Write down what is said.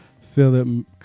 Philip